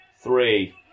three